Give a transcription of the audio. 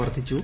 വർദ്ധിച്ചു